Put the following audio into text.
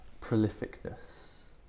prolificness